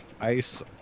Ice